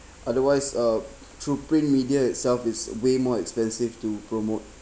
otherwise uh through print media itself is way more expensive to promote